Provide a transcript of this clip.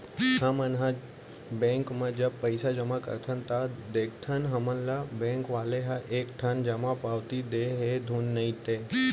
हमन ह बेंक म जब पइसा जमा करथन ता का देखथन हमन ल बेंक वाले ह एक ठन जमा पावती दे हे धुन नइ ते